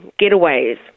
getaways